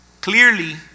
clearly